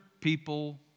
people